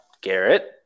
Garrett